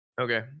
Okay